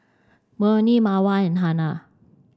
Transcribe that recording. Murni Mawar and Hana